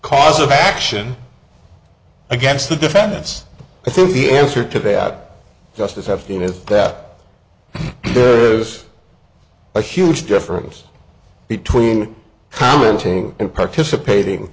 cause of action against the defendants i think the answer to that just as have seen is that there is a huge difference between commenting and participating